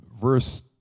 verse